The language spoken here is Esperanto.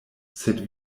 sed